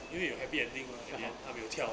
因为有 happy ending mah 他没有跳